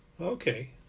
Okay